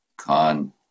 Con